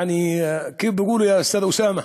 (אומר בערבית: יעני, איך אומר אדון אוסאמה?